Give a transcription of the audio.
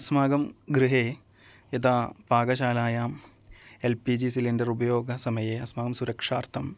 अस्माकं गृहे यदा पाकशालायाम् एल् पी जी सिलिण्डर् उपयोगसमये अस्माकं सुरक्षार्थं